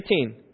18